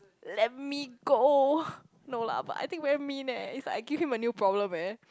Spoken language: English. let me go no lah but I think very mean eh it's like I give him a new problem eh